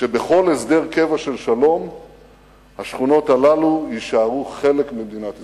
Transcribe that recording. שבכל הסדר קבע של שלום השכונות הללו יישארו חלק ממדינת ישראל.